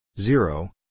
zero